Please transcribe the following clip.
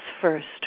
first